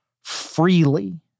freely